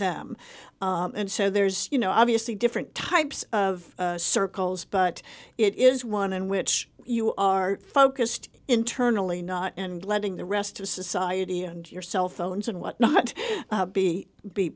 them and so there's you know obviously different types of circle but it is one in which you are focused internally not and letting the rest of society and your cell phones and whatnot